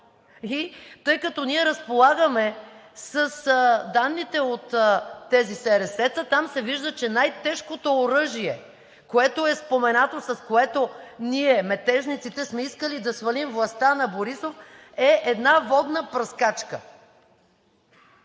И тъй като ние разполагаме с данните от тези СРС-та, там се вижда, че най-тежкото оръжие, което е споменато, с което ние, метежниците, сме искали да свалим властта на Борисов, е една водна пръскачка!?